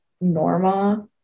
Norma